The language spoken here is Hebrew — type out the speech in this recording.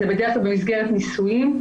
זה בדרך-כלל במסגרת נישואין.